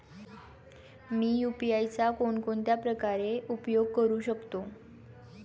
मी UPI चा कोणकोणत्या प्रकारे उपयोग करू शकतो?